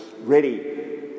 ready